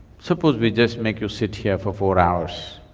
suppose we just make you sit here for four hours